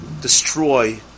destroy